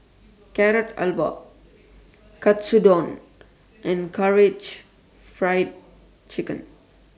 Carrot Halwa Katsudon and Karaage Fried Chicken